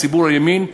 מציבור הימין,